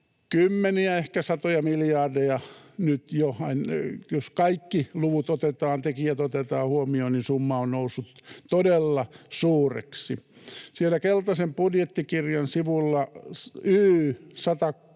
kymmeniä, ehkä satoja miljardeja nyt jo. Jos kaikki luvut ja tekijät otetaan huomioon, summa on noussut todella suureksi. Siellä keltaisen budjettikirjan sivuilla Y 106